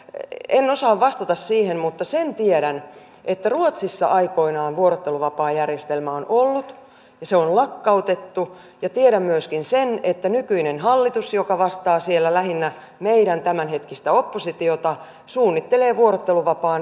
en osaa vastata siihen mutta sen tiedän että ruotsissa aikoinaan vuorotteluvapaajärjestelmä on ollut ja se on lakkautettu ja tiedän myöskin sen että nykyinen hallitus joka vastaa siellä lähinnä meidän tämänhetkistä oppositiota suunnittelee vuorotteluvapaan uudelleen käyttöönottoa